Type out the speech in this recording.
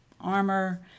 armor